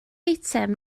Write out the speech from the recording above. eitem